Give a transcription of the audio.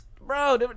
bro